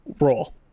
role